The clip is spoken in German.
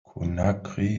conakry